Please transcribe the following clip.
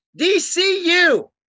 DCU